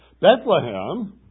Bethlehem